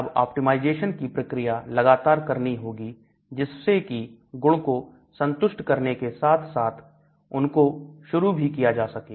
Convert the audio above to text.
अब ऑप्टिमाइजेशन की प्रक्रिया लगातार करनी होगी जिससे कि गुण को संतुष्ट करने के साथ साथ उनको शुरू भी किया जा सके